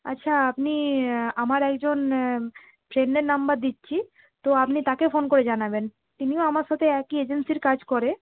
আচ্ছা আপনি আমার একজন ফ্রেন্ডের নম্বর দিচ্ছি তো আপনি তাকে ফোন করে জানাবেন তিনিও আমার সাথে একই এজেন্সির কাজ করে